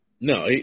No